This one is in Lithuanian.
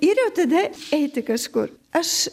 ir jau tada eiti kažkur aš